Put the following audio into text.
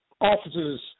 officer's